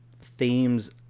themes